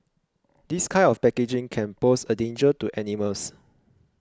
this kind of packaging can pose a danger to animals